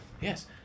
yes